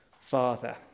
father